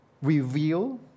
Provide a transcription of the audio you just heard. Reveal